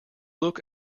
look